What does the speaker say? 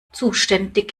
zuständig